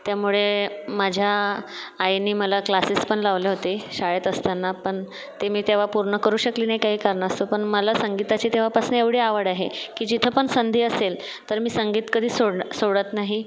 त्यामुळे माझ्या आईनी मला क्लासीस पण लावले होते शाळेत असताना पण ते मी तेव्हा पूर्ण करू शकले नाही काही कारणास्तव पण मला संगीताची तेव्हापासून एवढी आवड आहे की जिथं पण संधी असेल तर मी संगीत कधीच सोड सोडत नाही